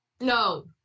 No